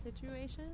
situation